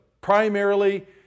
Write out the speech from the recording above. primarily